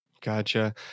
Gotcha